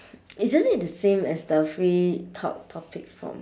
isn't it the same as the free top~ topics form